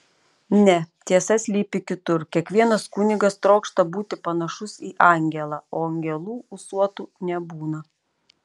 ne tiesa slypi kitur kiekvienas kunigas trokšta būti panašus į angelą o angelų ūsuotų nebūna